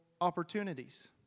opportunities